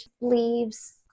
leaves